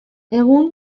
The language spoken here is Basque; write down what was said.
egun